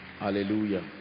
hallelujah